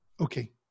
Okay